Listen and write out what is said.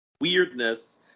weirdness